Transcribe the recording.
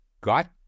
got